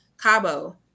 Cabo